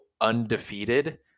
undefeated